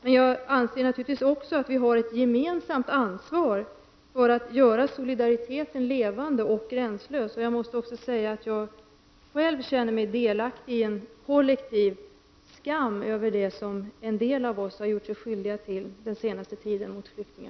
Men jag anser naturligtvis också att vi har ett gemensamt ansvar för att göra solidariteten levande och gränslös. Jag måste säga att jag själv känner mig delaktig i en kollektiv skam över det som en del av oss har gjort sig skyldiga till mot flyktingar den senaste tiden.